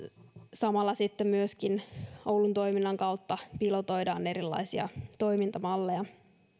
samalla myöskin oulun toiminnan kautta pilotoidaan erilaisia toimintamalleja